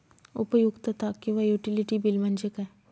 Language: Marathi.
उपयुक्तता किंवा युटिलिटी बिल म्हणजे काय?